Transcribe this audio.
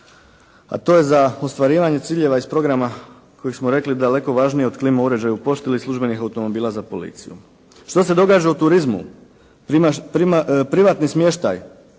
a to je za ostvarivanje ciljeva iz programa kojeg smo rekli, daleko važniji od klima uređaja u pošti ili službenih automobila za policiju. Što se događa u turizmu. Privatni smještaj,